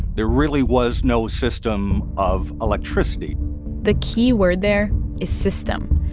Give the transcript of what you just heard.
there really was no system of electricity the key word there is system.